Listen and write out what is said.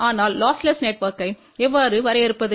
ஆனால் லொஸ்லெஸ் நெட்வொர்க்பை எவ்வாறு வரையறுப்பது